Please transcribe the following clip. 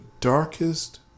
darkest